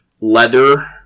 leather